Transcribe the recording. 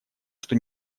что